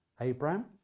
Abraham